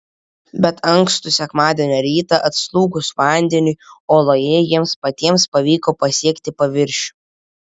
bet ankstų sekmadienio rytą atslūgus vandeniui oloje jiems patiems pavyko pasiekti paviršių